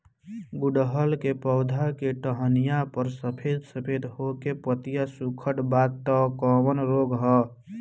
गुड़हल के पधौ के टहनियाँ पर सफेद सफेद हो के पतईया सुकुड़त बा इ कवन रोग ह?